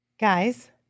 guys